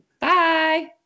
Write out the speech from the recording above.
Bye